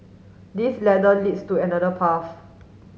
this ladder leads to another path